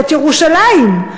זאת ירושלים.